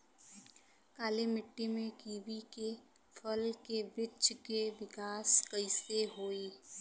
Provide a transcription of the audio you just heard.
काली मिट्टी में कीवी के फल के बृछ के विकास कइसे होई?